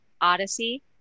Odyssey